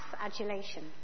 adulation